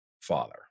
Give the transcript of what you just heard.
father